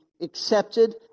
accepted